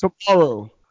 Tomorrow